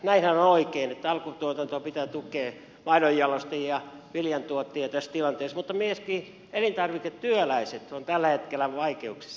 näinhän on oikein että alkutuotantoa pitää tukea maidonjalostajia viljantuottajia tässä tilanteessa mutta myöskin elintarviketyöläiset ovat tällä hetkellä vaikeuksissa